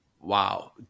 wow